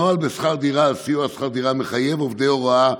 הנוהל לסיוע בשכר דירה מחייב עובדי הוראה,